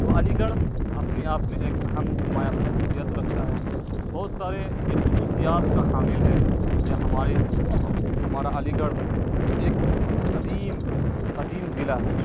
وہ علی گڑھ اپنے آپ میں ایک اہم نمایاں خصوصیت رکھتا ہے بہت سارے یہ خصوصیات کا حامل ہے یہ ہمارے ہمارا علی گڑھ ایک قدیم قدیم ضلع ہے